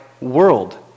world